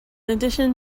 addition